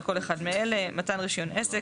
על כל אחד מאלה: (1)מתן רישיון עסק,